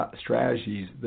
strategies